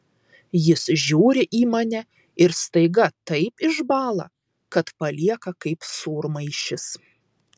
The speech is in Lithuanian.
jis žiūri į mane ir staiga taip išbąla kad palieka kaip sūrmaišis